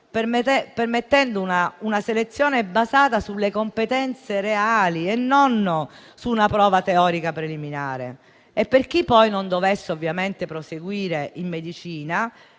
permettendo una selezione basata sulle competenze reali e non su una prova teorica preliminare. Per chi poi non dovesse proseguire in medicina,